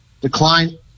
decline